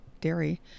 dairy